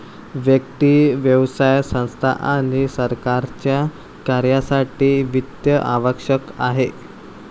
व्यक्ती, व्यवसाय संस्था आणि सरकारच्या कार्यासाठी वित्त आवश्यक आहे